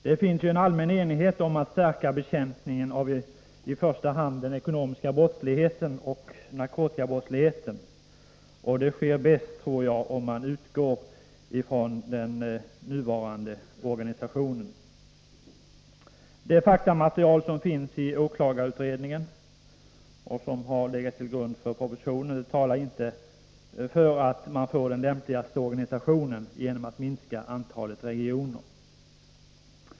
Det råder allmän enighet om att stärka bekämpningen av i första hand den ekonomiska brottsligheten och narkotikabrottsligheten, och det sker bäst, tror jag, om man utgår från den nuvarande organisationen. Det faktamaterial som finns i åklagarutredningen och som har legat till grund för propositionen talar inte för att man får den lämligaste organisationen genom att minska antalet regioner.